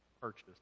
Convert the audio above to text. purchased